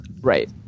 right